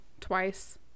Twice